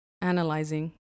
analyzing